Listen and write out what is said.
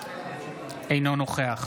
אינו נוכח